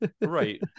Right